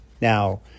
Now